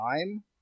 time